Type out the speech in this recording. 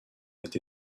été